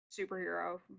superhero